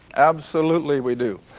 absolutely we do.